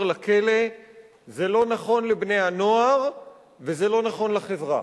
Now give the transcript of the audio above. לכלא זה לא נכון לבני-הנוער וזה לא נכון לחברה.